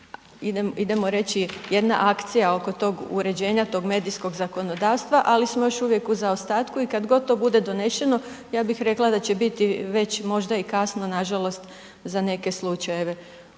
idemo reći jedna akcija oko tog uređenja tog medijskog zakonodavstva, ali smo još uvijek u zaostatku i kad god to bude donešeno, ja bi rekla da će biti već možda i kasno nažalost za neke slučajeve.